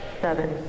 seven